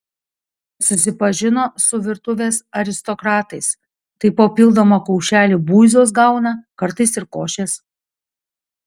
susipažino su virtuvės aristokratais tai papildomą kaušelį buizos gauna kartais ir košės